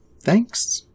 thanks